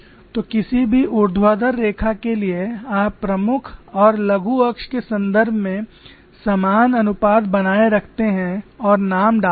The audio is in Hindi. तो किसी भी ऊर्ध्वाधर रेखा के लिए आप प्रमुख और लघु अक्ष के संदर्भ में समान अनुपात बनाए रखते हैं और नाम डालते हैं